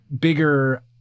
bigger